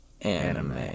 Anime